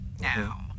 Now